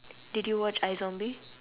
did you watch iZombie